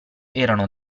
erano